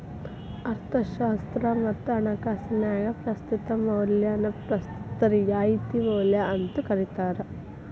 ಅರ್ಥಶಾಸ್ತ್ರ ಮತ್ತ ಹಣಕಾಸಿನ್ಯಾಗ ಪ್ರಸ್ತುತ ಮೌಲ್ಯನ ಪ್ರಸ್ತುತ ರಿಯಾಯಿತಿ ಮೌಲ್ಯ ಅಂತೂ ಕರಿತಾರ